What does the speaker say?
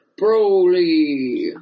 Broly